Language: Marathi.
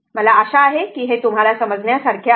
मला आशा आहे की हे तुम्हाला समजण्यासारखे आहे